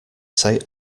say